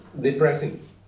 depressing